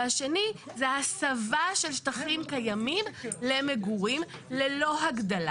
ודבר שני זה הסבה של שטחים למגורים ללא הגדלה.